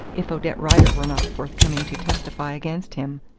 if odette rider were not forthcoming to testify against him?